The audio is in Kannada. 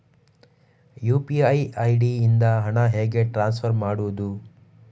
ಯು.ಪಿ.ಐ ಐ.ಡಿ ಇಂದ ಹಣ ಹೇಗೆ ಟ್ರಾನ್ಸ್ಫರ್ ಮಾಡುದು?